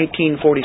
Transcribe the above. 1947